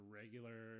regular